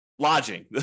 Lodging